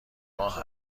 ماه